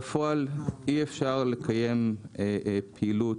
בפועל אי אפשר לקיים פעילות,